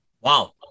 Wow